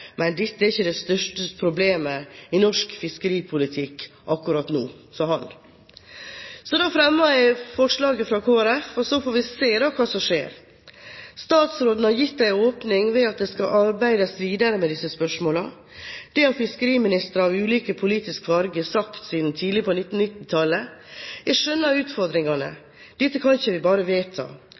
men dette er ikke det største problemet i norsk fiskeripolitikk akkurat nå. Så jeg fremmer forslaget fra Kristelig Folkeparti, og så får vi se hva som skjer. Statsråden har gitt en åpning ved at det skal arbeides videre med disse spørsmålene. Det har fiskeriministre av ulike politiske farger sagt siden tidlig på 1990-tallet. Jeg skjønner utfordringene. Dette kan vi ikke bare vedta.